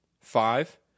five